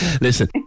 Listen